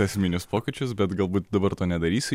esminius pokyčius bet galbūt dabar to nedarysiu